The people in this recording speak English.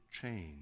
change